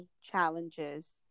challenges